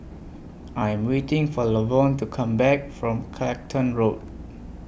I Am waiting For Lavonne to Come Back from Clacton Road